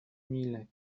mille